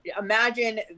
imagine